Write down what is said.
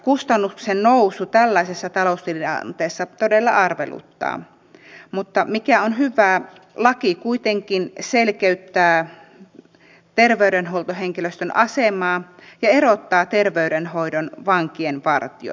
kustannusten nousu tällaisessa taloustilanteessa todella arveluttaa mutta se mikä on hyvää on se että laki kuitenkin selkeyttää terveydenhuoltohenkilöstön asemaa ja erottaa terveydenhoidon vankien vartioimisesta